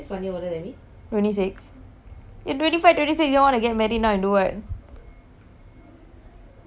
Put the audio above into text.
twenty six twenty five twenty six you all want to get married now and do what settle down